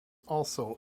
also